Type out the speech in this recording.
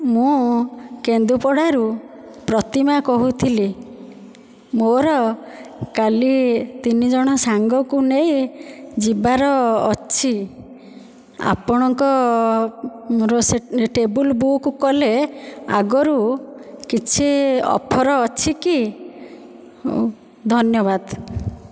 ମୁଁ କେନ୍ଦୁପଡାରୁ ପ୍ରତିମା କହୁଥିଲି ମୋର କାଲି ତିନିଜଣ ସାଙ୍ଗକୁ ନେଇ ଯିବାର ଅଛି ଆପଣଙ୍କ ଟେବୁଲୁ ବୁକ୍ କଲେ ଆଗରୁ କିଛି ଅଫର ଅଛି କି ଧନ୍ୟବାଦ